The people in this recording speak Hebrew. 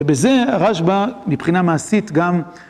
ובזה הרשב"א מבחינה מעשית גם.